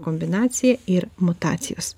kombinacija ir mutacijos